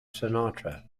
sinatra